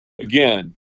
again